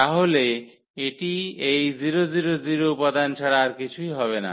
তাহলে এটি এই 000 উপাদান ছাড়া আর কিছুই হবে না